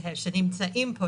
שנמצאים פה,